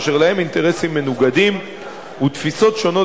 אשר להם אינטרסים מנוגדים ותפיסות שונות